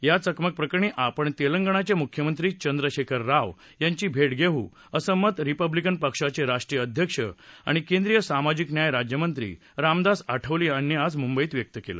या चकमक प्रकरणी आपण तेलंगणचे मुख्यमंत्री चंद्रशेखर राव यांची भेट घेऊ असं मत रिपब्लिकन पक्षाचे राष्ट्रीय अध्यक्ष आणि केंद्रीय सामाजिक न्याय राज्यमंत्री रामदास आठवले यांनी आज मुंबईत व्यक्त केलं